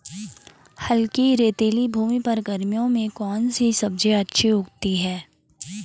हल्की रेतीली भूमि पर गर्मियों में कौन सी सब्जी अच्छी उगती है?